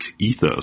ethos